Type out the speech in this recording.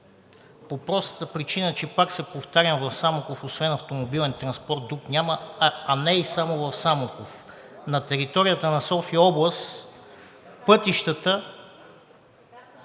по простата причина, че пак се повтарям, в Самоков освен автомобилен транспорт, друг няма, а не е и само в Самоков. На територията на София-област пътищата